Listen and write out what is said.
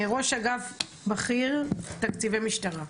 ראש אגף בכיר תקציבי משטרה.